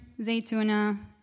Zaytuna